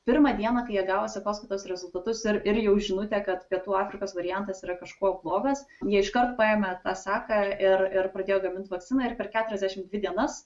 pirmą dieną kai jie gavo sekoskaitos rezultatus ir ir jau žinutę kad pietų afrikos variantas yra kažkuo blogas jie iškart paėmė tą seką ir ir pradėjo gamint vakciną ir per keturiasdešimt dvi dienas